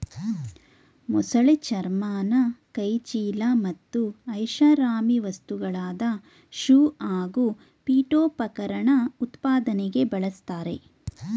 ಮೊಸಳೆ ಚರ್ಮನ ಕೈಚೀಲ ಮತ್ತು ಐಷಾರಾಮಿ ವಸ್ತುಗಳಾದ ಶೂ ಹಾಗೂ ಪೀಠೋಪಕರಣ ಉತ್ಪಾದನೆಗೆ ಬಳುಸ್ತರೆ